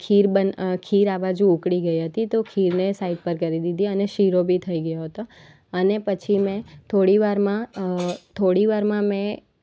ખીર બન ખીર આ બાજુ ઊકળી ગઈ હતી તો ખીરને સાઇડ પર કરી દીધી અને શીરો બી થઈ ગયો હતો અને પછી મેં થોડીવારમાં થોડીવારમાં મેં